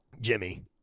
Jimmy